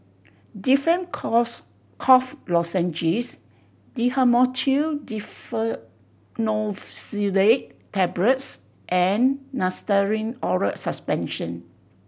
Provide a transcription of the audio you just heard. Difflam Cough Lozenges Dhamotil Diphenoxylate Tablets and Nystatin Oral Suspension